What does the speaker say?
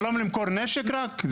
שלום למכור נשק רק?